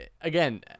again